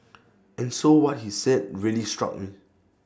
and so what he said really struck me